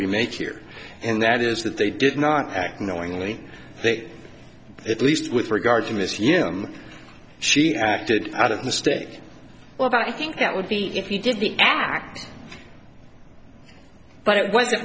we make here and that is that they did not act knowingly that at least with regard to misuse them she acted out of mistake well but i think that would be if you did the act but it wasn't